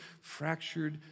fractured